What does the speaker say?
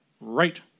Right